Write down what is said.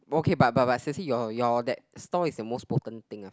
okay but but but seriously your your that store is the most potent thing I've